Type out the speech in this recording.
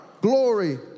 glory